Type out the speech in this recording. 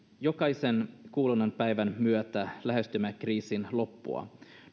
jokaisen kuluneen päivän myötä lähestymme kriisin loppua